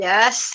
Yes